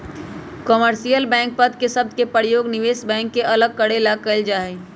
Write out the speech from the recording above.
commercial bank पद के शब्द के प्रयोग निवेश बैंक से अलग करे ला कइल जा हई